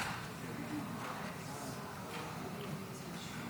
דניאל אלוש.